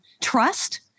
trust